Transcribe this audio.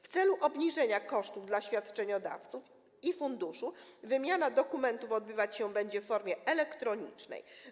W celu obniżenia kosztów ponoszonych przez świadczeniodawców i fundusz wymiana dokumentów odbywać się będzie w formie elektronicznej.